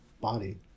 body